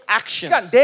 actions